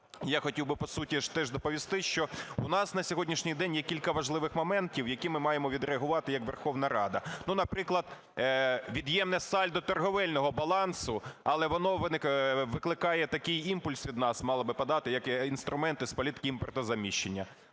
Я хотів би, по суті, доповісти, що у нас на сьогоднішній день є кілька важливих моментів, на які ми маємо відреагувати як Верховна Рада. Наприклад, від'ємне сальдо торговельного балансу. Але воно викликає такий імпульс від нас, мало би подати, як інструмент із політики імпортозаміщення,